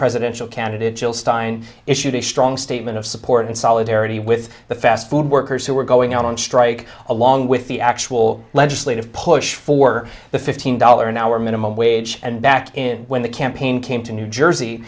presidential candidate jill stein issued a strong statement of support and solidarity with the fast food workers who were going out on strike along with the actual legislative push for the fifteen dollars an hour minimum wage and back in when the campaign came to new jersey